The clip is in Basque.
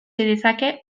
dezake